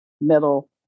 middle